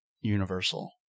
universal